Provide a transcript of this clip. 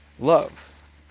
love